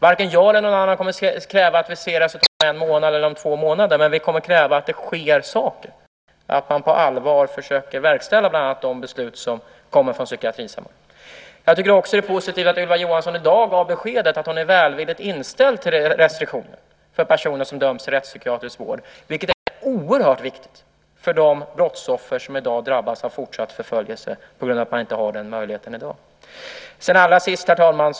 Varken jag eller någon annan kommer att kräva att vi ser resultat om en eller två månader, men vi kommer att kräva att det sker saker och att man på allvar försöker verkställa bland annat de förslag som kommer från psykiatrisamordnaren. Jag tycker också att det är positivt att Ylva Johansson gav beskedet att hon är välvilligt inställd till restriktioner för personer som döms till rättspsykiatrisk vård. Det är oerhört viktigt för de brottsoffer som i dag drabbas av fortsatt förföljelse på grund av att man inte har den möjligheten i dag. Herr talman!